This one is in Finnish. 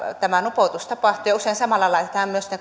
tämä nupoutus tapahtuu ja usein samalla laitetaan myös ne